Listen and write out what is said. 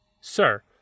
Sir